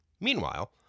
Meanwhile